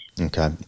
Okay